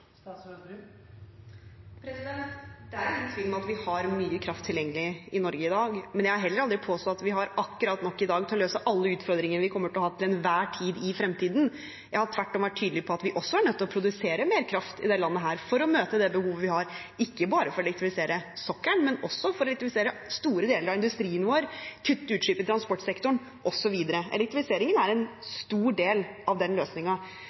tilgjengelig i Norge i dag, men jeg har heller aldri påstått at vi har akkurat nok i dag til å løse alle utfordringene vi kommer til å ha til enhver tid i fremtiden. Jeg har tvert om vært tydelig på at vi også er nødt til å produsere mer kraft i dette landet for å møte det behovet vi har, ikke bare for å elektrifisere sokkelen, men også for å elektrifisere store deler av industrien vår, kutte utslipp i transportsektoren, osv. Elektrifiseringen er en stor del av den